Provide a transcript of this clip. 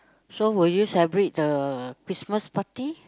so will you celebrate the Christmas party